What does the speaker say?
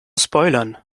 spoilern